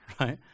Right